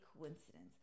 coincidence